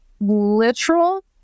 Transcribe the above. literal